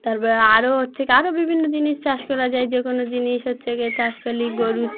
তারপর আরও হচ্ছে আরও বিভিন্ন জিনিস চাষ করা যায় যে কোনো জিনিস হচ্ছে গিয়ে চাষ করলেই গরুর চা